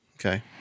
Okay